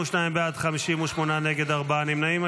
52 בעד, 58 נגד, ארבעה נמנעים.